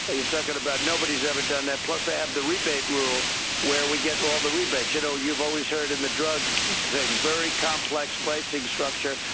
ah you're talking about nobody's ever done that. plus we have the rebate rule where we get all the rebates. you know you've always heard in the drugs very complex pricing structure,